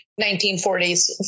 1940s